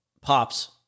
Pops